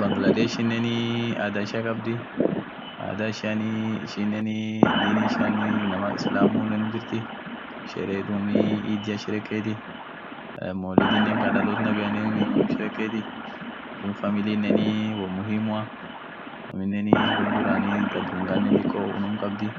Bangala dheshineniii adha ishia khabdhii adhaa ishia ishineniii dini ishia inamaa islamu unum jirthi sherehe dhub sherehe idia shereketi eee moulidni Kaa dhaloth nabia unum shereketi dhub familinen won muhimua aminen won dhurani dhaa dhungha dhiko unum khabdhii